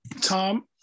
Tom